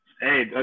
Hey